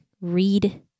read